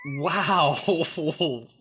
Wow